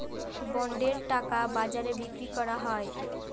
বন্ডের টাকা বাজারে বিক্রি করা হয়